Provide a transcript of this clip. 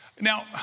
Now